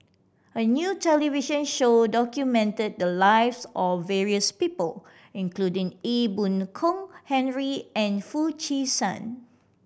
a new television show documented the lives of various people including Ee Boon Kong Henry and Foo Chee San